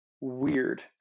weird